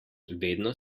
vedno